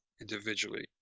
individually